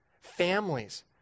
Families